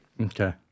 Okay